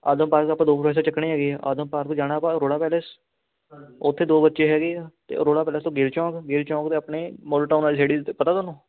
ਆਤਮ ਪਾਰਕ ਆਪਾਂ ਦੋ ਬੱਚੇ ਚੱਕਣੇ ਆ ਅਤੇ ਆਤਮ ਪਾਰਕ ਤੋਂ ਜਾਣਾ ਆਪਾਂ ਅਰੋੜਾ ਪੈਲਿਸ ਉੱਥੇ ਦੋ ਬੱਚੇ ਹੈਗੇ ਆ ਅਤੇ ਅਰੋੜਾ ਪੈਲਸ ਤੋਂ ਗਿੱਲ ਚੋਂਕ ਗਿੱਲ ਚੋਂਕ ਅਤੇ ਆਪਣੇ ਮੋਡਲ ਟਾਊਨ ਵਾਲੀ ਸਾਈਡ ਪਤਾ ਤੁਹਾਨੂੰ